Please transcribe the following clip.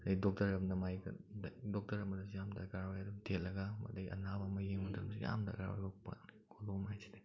ꯑꯗꯒꯤ ꯗꯣꯛꯇꯔ ꯑꯃꯅ ꯃꯥꯒꯤ ꯗꯣꯛꯇꯔ ꯑꯃꯅꯁꯨ ꯌꯥꯝ ꯗꯔꯀꯥꯔ ꯑꯣꯏ ꯑꯗꯨꯝ ꯊꯦꯠꯂꯒ ꯑꯗꯒꯤ ꯑꯅꯥꯕ ꯑꯃ ꯌꯦꯡꯕ ꯃꯇꯃꯗꯁꯨ ꯌꯥꯝ ꯗꯔꯀꯥꯔ ꯑꯣꯏꯕ ꯄꯣꯠꯅꯤ ꯀꯣꯂꯣꯝ ꯍꯥꯏꯁꯤꯗꯤ